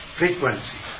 frequency